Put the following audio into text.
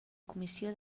comissió